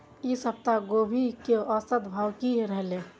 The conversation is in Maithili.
ई सप्ताह गोभी के औसत भाव की रहले?